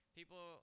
People